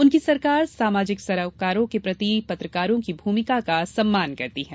उनकी सरकार सामाजिक सरोकारों के प्रति पत्रकारों की भूमिका का सम्मान करती है